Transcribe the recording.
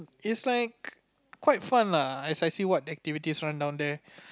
is like quite fun lah as I see what activities run down there